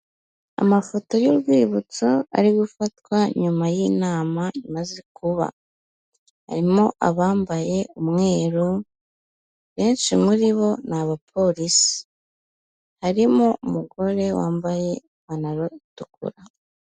Amafoto y'urwibutso ari gufatwa nyuma y'inama imaze kuba, harimo abambaye umweru benshi muri bo ni abaporisi, harimo umugore wambaye ipantaro itukura.